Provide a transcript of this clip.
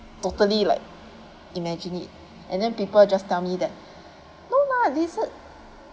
totally like imagine it and then people just tell that no lah lizard